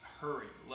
hurry